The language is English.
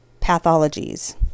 pathologies